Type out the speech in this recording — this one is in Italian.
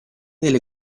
delle